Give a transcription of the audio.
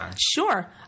Sure